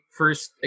first